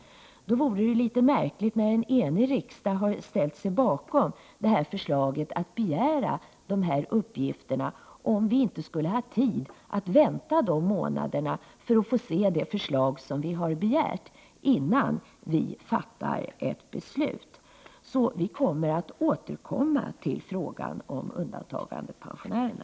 När en enig riksdag alltså har ställt sig bakom förslaget att begära dessa uppgifter, vore det märkligt om vi inte skulle ha tid att vänta några månader för att få se det förslag som vi har begärt innan vi fattar ett beslut. Vpk återkommer därför till frågan om undantagandepensionärerna.